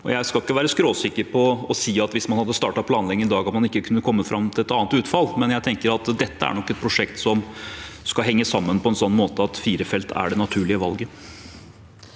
Jeg skal ikke være skråsikker og si at hvis man hadde startet planleggingen i dag, kunne man kommet fram til et annet utfall, men jeg tenker at dette er et prosjekt som skal henge sammen, slik at fire felt er det naturlige valget.